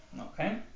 okay